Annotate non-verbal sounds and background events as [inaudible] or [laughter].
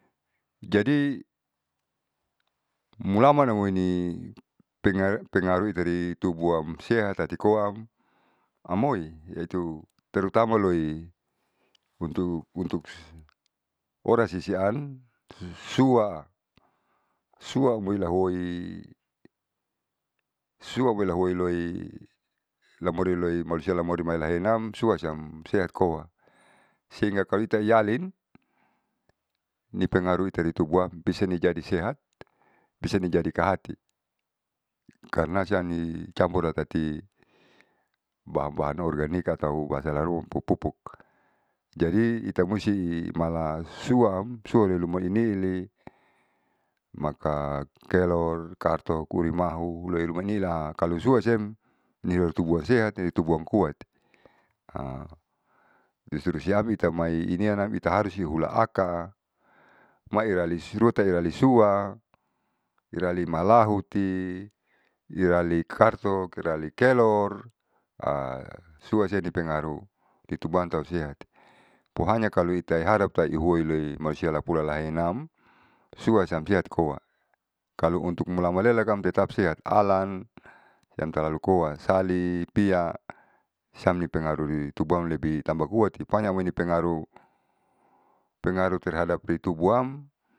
Jadi mulanan amoini penga pengaruh itari tubuh amsehat tatu koa am amoi itu terutama loi untuk untuk orang sisian sua sua amoilahuoi sua amoilahuoi lamoriloi malusia lamoriloi mailaheinam suasiam sehatkoa. Sehinggah kalo ita iyalin nipengaruh itari tubuam bisani jadi sehat bisani jadi kahati. Karna siani campura tati bahan bahan organik atau bahasa laharuma pupuk. Jadi ita musti malasuam sualeuloimainili, makan kelor, makan kartok, kurimahu loirumanila kalu suasiem niutitubuhansehati, tubuamkuati [hesitation] disuruh siam ita mai inianan ita harusi ihulaaka maerali rutaelirisua, iralimalahuti, iralikartok, iralikelor [hesitation] suasian i pengaruh itu bahan tau sehat pokonya kalo itae harap taeihuoiloi malusia lapulalaenam suasam sehatikoa kalu untuk mulamalela am tetap sehat alan seng talalu koa sali, pia samni pengaruhri tubuaam lebih tamba kuati pokonya amoini pengaruh pengaruh terbahadap ritubuam.